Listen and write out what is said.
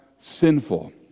sinful